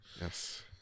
Yes